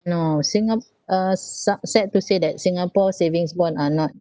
no singap~ uh s~ su~ sad to say that singapore savings bond are not